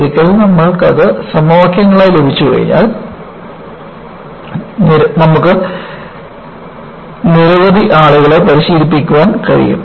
ഒരിക്കൽ നമ്മൾക്കത് സമവാക്യങ്ങളായി ലഭിച്ചാൽ നമുക്ക് നിരവധി ആളുകളെ പരിശീലിപ്പിക്കാൻ കഴിയും